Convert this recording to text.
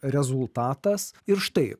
rezultatas ir štai